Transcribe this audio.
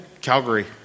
Calgary